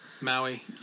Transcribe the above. Maui